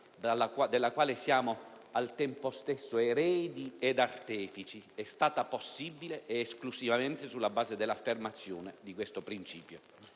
della quale siamo al tempo stesso eredi e artefici, è stata possibile è esclusivamente sulla base dell'affermazione di questo principio: